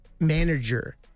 manager